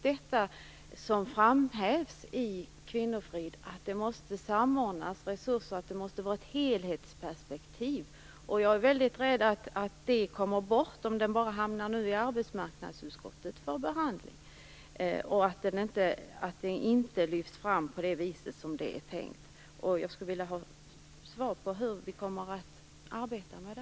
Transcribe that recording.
Det framhävs i Kvinnofrid att resurserna måste samordnas och att det måste vara ett helhetsperspektiv. Jag är väldigt rädd att detta kommer bort om betänkandet bara hamnar i arbetsmarknadsutskottet för behandling och inte lyfts fram på det viset som det är tänkt. Jag skulle vilja ha svar på hur vi kommer att arbeta med det.